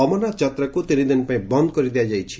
ଅମରନାଥ ଯାତ୍ରାକୁ ତିନିଦିନ ପାଇଁ ବନ୍ଦ କରିଦିଆ ଯାଇଛି